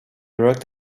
worked